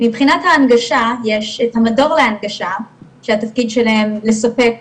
מבחינת ההנגשה יש את המדור להנגשה שהתפקיד שלהם לספק